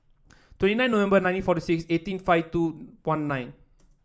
twenty nine November nineteen forty seven eighteen five two one nine